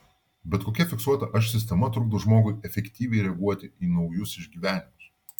bet kokia fiksuota aš sistema trukdo žmogui efektyviai reaguoti į naujus išgyvenimus